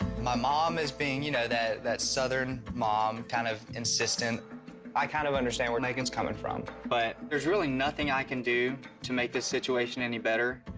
my mom is being you know that that southern mom, kind of insistent, so i kind of understand where meghan's coming from. but there's really nothing i can do to make this situation any better.